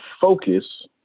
focus